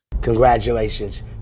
Congratulations